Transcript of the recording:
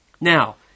Now